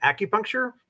acupuncture